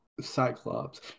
Cyclops